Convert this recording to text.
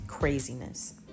craziness